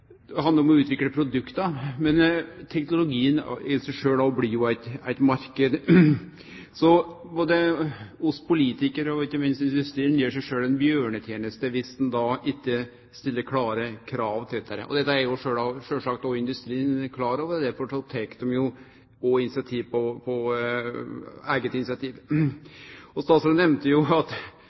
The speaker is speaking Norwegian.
Det handlar òg om det som òg statsråden understreka: å utvikle teknologien. Det handlar om å utvikle produkta, men teknologien i seg sjølv blir jo òg ein marknad. Både vi politikarar, og ikkje minst industrien, gjer oss sjølve ei bjørneteneste dersom ein ikkje stiller klare krav til dette. Dette er sjølvsagt òg industrien klar over, og derfor tek dei òg eigne initiativ. Statsråden nemnde at da CO2-avgifta blei innført på